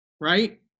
right